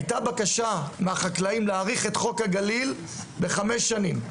הייתה בקשה מהחקלאים להאריך את חוק הגליל בחמש שנים.